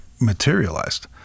materialized